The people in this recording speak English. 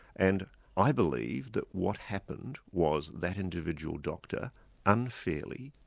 and i believe that what happened was that individual doctor unfairly,